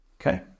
okay